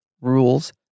rules